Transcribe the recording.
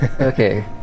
Okay